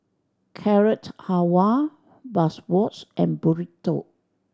Carrot Halwa Bratwurst and Burrito